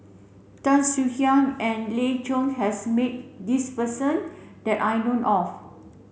Tan Swie Hian and Lan Loy has met this person that I know of